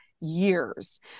years